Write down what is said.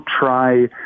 try